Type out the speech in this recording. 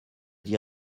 dit